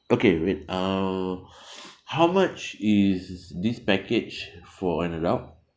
okay wait uh how much is this package for an adult